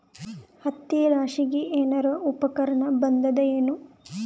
ಹತ್ತಿ ರಾಶಿಗಿ ಏನಾರು ಉಪಕರಣ ಬಂದದ ಏನು?